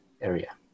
area